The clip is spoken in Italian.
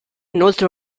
inoltre